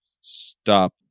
stop